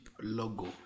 logo